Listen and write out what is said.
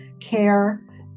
care